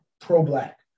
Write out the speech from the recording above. pro-black